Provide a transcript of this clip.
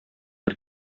бер